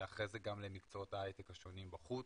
ואחרי זה גם למקצועות ההייטק השונים בחוץ,